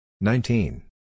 nineteen